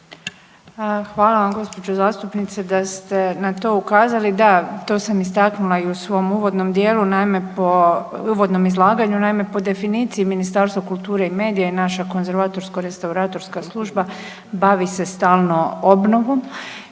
Hvala vam gđo. zastupnice da ste na to ukazali. Da, to sam istaknula i u svom uvodnom dijelu, naime po, uvodnom izlaganju. Naime, po definiciji Ministarstva kulture i medija i naša Konzervatorsko restauratorska služba bavi se stalno obnovom